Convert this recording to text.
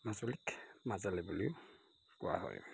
মাজুলীক মাজালে বুলিও কোৱা হয়